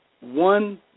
one